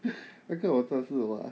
那个我正视 what